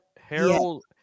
Harold